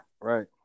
Right